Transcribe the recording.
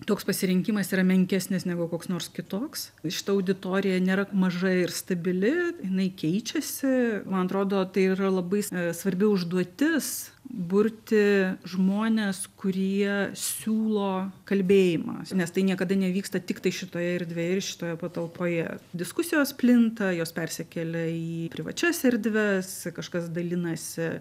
toks pasirinkimas yra menkesnis negu koks nors kitoks šita auditorija nėra maža ir stabili jinai keičiasi man atrodo tai yra labai sva ee svarbi užduotis burti žmones kurie siūlo kalbėjimą nes tai niekada nevyksta tiktai šitoje erdvėje ir šitoje patalpoje diskusijos plinta jos persikelia į privačias erdves kažkas dalinasi